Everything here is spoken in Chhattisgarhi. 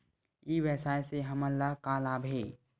ई व्यवसाय से हमन ला का लाभ हे?